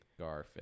garfish